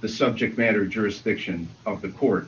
the subject matter jurisdiction of the court